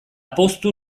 poztu